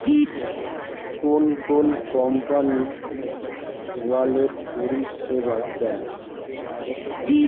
কোন কোন company wallet পরিষেবা দেয়?